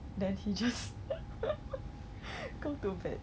我听说有人去卖掉那个 voucher because